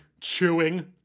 chewing